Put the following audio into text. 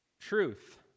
truth